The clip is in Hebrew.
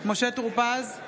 משה טור פז,